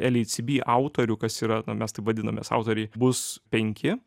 lhcb autorių kas yra na mes taip vadinamės autoriai bus penki